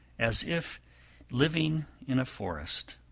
as if living in a forest.